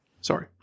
Sorry